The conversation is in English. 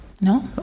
No